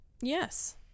Yes